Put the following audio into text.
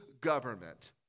government